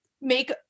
make